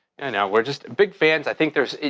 and we're just big fans. i think there's,